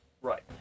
Right